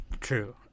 true